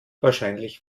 wahrscheinlich